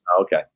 Okay